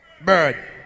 Bird